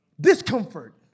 Discomfort